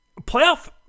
playoff